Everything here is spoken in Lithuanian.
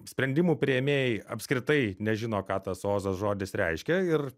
sprendimų priėmėjai apskritai nežino ką tas ozas žodis reiškia ir